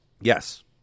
Yes